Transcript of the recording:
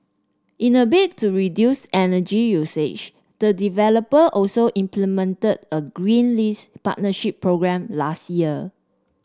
in a bid to reduce energy usage the developer also implemented a green lease partnership programme last year